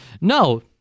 No